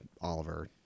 Oliver